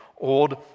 Old